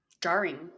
Jarring